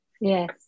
Yes